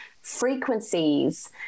frequencies